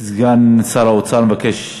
סגן שר האוצר מיקי לוי מבקש.